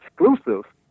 exclusive